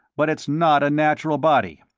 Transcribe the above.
but it's not a natural body.